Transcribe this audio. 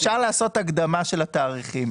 אפשר לעשות הקדמה של התאריכים.